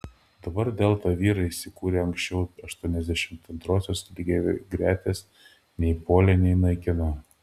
dabar delta vyrai įsikūrę aukščiau aštuoniasdešimt antrosios lygiagretės nei puolė nei naikino